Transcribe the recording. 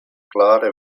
klare